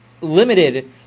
limited